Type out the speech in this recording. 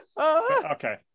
Okay